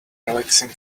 relaxing